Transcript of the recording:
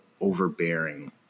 overbearing